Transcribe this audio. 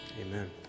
Amen